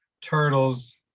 turtles